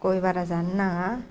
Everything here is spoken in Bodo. गय बारा जानो नाङा